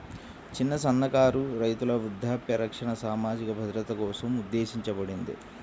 చిన్న, సన్నకారు రైతుల వృద్ధాప్య రక్షణ సామాజిక భద్రత కోసం ఉద్దేశించబడింది